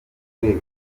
rwego